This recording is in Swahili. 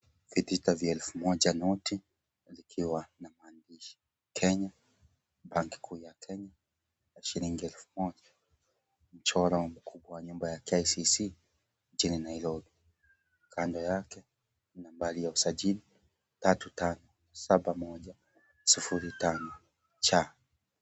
Vitita vya elfu moja noti zikiwa na maandishi Kenya, benki kuu ya Kenya ya shilingi elfu moja, mchoro wa nyumba ya KICC nchini Nairobi, kando yake ni nambari ya usajili 357105C.